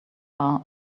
are